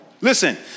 Listen